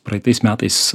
praeitais metais